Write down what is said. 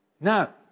Now